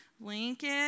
Lincoln